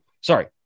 sorry